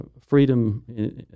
freedom